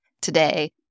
today